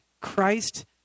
Christ